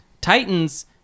Titans